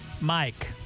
Mike